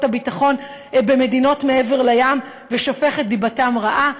הביטחון במדינות מעבר לים ושופך את דיבתם רעה,